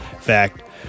Fact